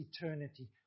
eternity